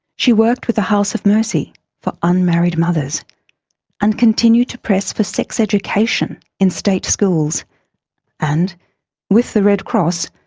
she worked with the house of mercy for unmarried mothers and continued to press for sex education in state schools and with the red cross,